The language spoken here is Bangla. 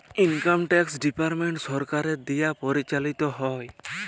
ইলকাম ট্যাক্স ডিপার্টমেন্ট সরকারের দিয়া পরিচালিত হ্যয়